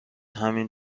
همین